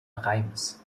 reims